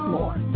More